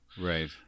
Right